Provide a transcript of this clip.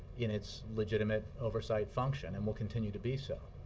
in its legitimate oversight function, and will continue to be so.